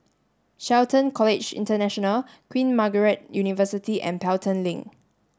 Shelton College International Queen Margaret University and Pelton Link